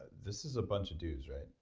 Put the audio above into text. this is a bunch of dudes, right?